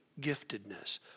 giftedness